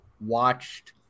watched